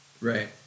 Right